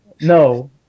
No